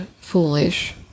foolish